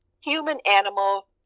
Human-Animal